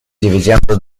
дивиденды